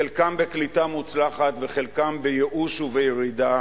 חלקם בקליטה מוצלחת וחלקם בייאוש ובירידה,